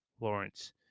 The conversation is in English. Lawrence